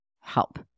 help